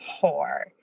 whore